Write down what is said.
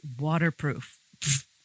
waterproof